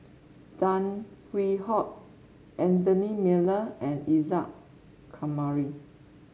Tan Hwee Hock Anthony Miller and Isa Kamari